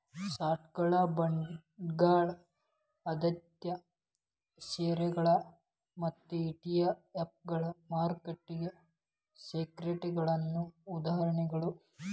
ಸ್ಟಾಕ್ಗಳ ಬಾಂಡ್ಗಳ ಆದ್ಯತೆಯ ಷೇರುಗಳ ಮತ್ತ ಇ.ಟಿ.ಎಫ್ಗಳ ಮಾರುಕಟ್ಟೆ ಸೆಕ್ಯುರಿಟಿಗಳ ಉದಾಹರಣೆಗಳ